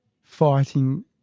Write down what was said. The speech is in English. fighting